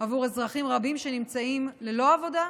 עבור אזרחים רבים שנמצאים ללא עבודה,